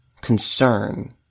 concern